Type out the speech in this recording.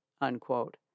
unquote